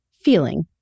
feeling